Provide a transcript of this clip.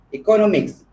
economics